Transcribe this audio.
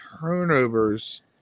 turnovers –